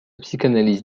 psychanalyse